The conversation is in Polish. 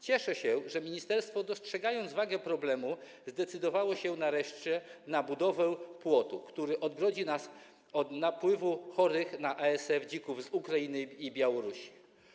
Cieszę się, że ministerstwo, dostrzegając wagę problemu, zdecydowało się nareszcie na budowę płotu, który odgrodzi nas od napływu chorych na ASF dzików z Ukrainy i Białorusi.